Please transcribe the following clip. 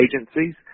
agencies